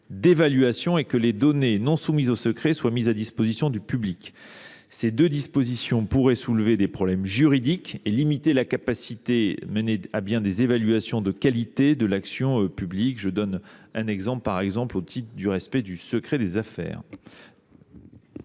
d’évaluation et les données non soumises au secret seraient mises à disposition du public. Ces deux dispositions pourraient en effet soulever des problèmes juridiques et limiter la capacité de mener à bien des évaluations de qualité de l’action publique. Cette limitation pourrait par exemple découler du nécessaire respect du secret des affaires.